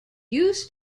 used